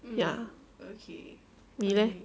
ya 你 leh